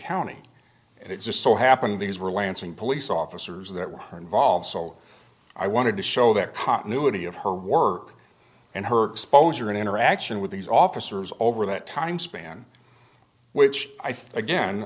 county and it just so happened these were lansing police officers that were harmed volved so i wanted to show that part nudity of her work and her exposure and interaction with these officers over that time span which i